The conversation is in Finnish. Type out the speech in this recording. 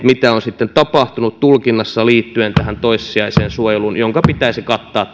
mitä on sitten tapahtunut tulkinnassa liittyen tähän toissijaiseen suojeluun jonka pitäisi kattaa